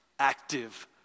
active